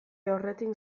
aurretik